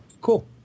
cool